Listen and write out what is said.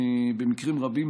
במקרים רבים,